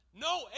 No